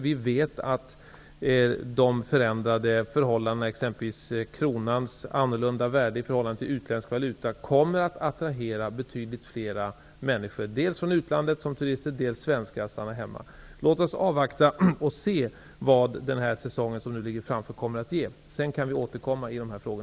Vi vet att de förändrade förhållandena, exempelvis kronans annorlunda värde i förhållande till utländska valutor, kommer att attrahera betydligt fler människor, dels turister från utlandet, dels svenskar som vill stanna hemma. Låt oss därför avvakta och se vad den säsong som nu ligger framför oss kommer att ge. Sedan kan vi återkomma till dessa frågor.